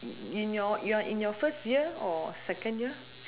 in your you are in your first year or second year